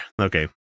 okay